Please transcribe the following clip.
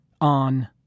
on